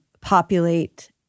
populate